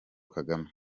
kagame